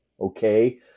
okay